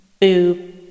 Boo